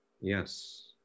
Yes